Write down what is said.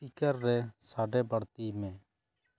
speaker ᱨᱮ ᱥᱟᱰᱮ ᱵᱟᱹᱲᱛᱤᱭ ᱢᱮ